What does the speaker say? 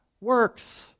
works